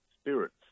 spirits